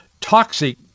toxic